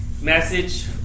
message